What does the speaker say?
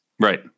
Right